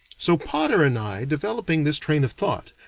so potter and i, developing this train of thought,